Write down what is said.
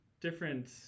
different